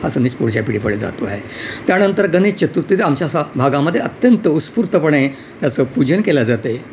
हा संदेश पुढच्या पिढीपुढे जातो आहे त्यानंतर गणेश चतुर्थीचा आमच्या स भागामध्ये अत्यंत उस्फूर्तपणे त्याचं पूजन केलं जातं आहे